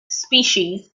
species